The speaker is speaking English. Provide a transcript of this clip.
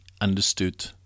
understood